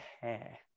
care